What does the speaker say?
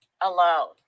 alone